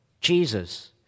Jesus